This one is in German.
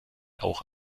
auch